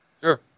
Sure